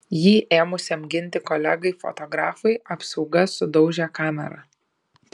jį ėmusiam ginti kolegai fotografui apsauga sudaužė kamerą